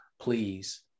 please